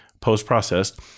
post-processed